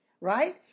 Right